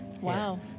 Wow